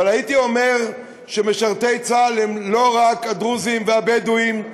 אבל הייתי אומר שמשרתי צה"ל הם לא רק הדרוזים והבדואים,